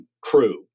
crew